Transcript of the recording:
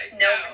No